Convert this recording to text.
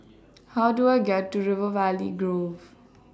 How Do I get to River Valley Grove